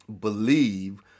believe